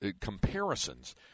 comparisons